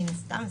מן הסתם,